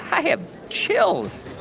i have chills